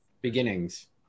beginnings